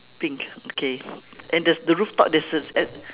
pink okay and the the rooftop there's a at